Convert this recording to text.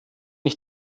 ich